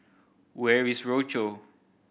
where is Rochor